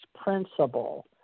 principle